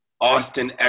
Austin